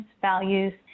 values